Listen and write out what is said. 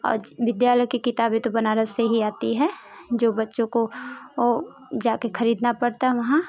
आज विद्यालय के किताबें तो बनारस से ही आती है जो बच्चों को ओ जा कर खरीदना पड़ता है वहाँ